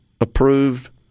approved